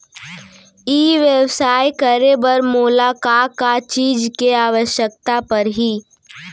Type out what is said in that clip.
ई व्यवसाय करे बर मोला का का चीज के आवश्यकता परही?